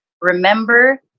remember